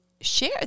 share